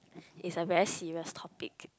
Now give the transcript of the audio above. is a very serious topic